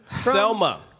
Selma